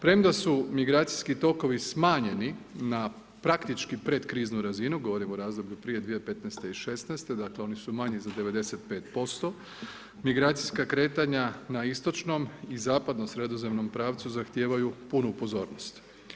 Premda su migracijski tokovi smanjeni na praktički pred kriznu razinu, govorim o razdoblju prije 2015. i 2016. dakle oni su manji za 95% migracijska kretanja na istočnom i zapadno sredozemnom pravcu zahtijevaju punu pozornost.